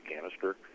canister